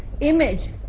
image